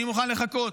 אני מוכן לחכות.